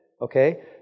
okay